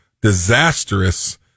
disastrous